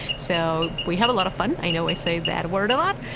so we have a lot of fun. i know i say that word a lot,